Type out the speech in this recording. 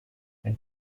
ein